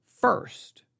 first